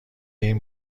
این